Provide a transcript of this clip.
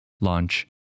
launch